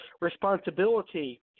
responsibility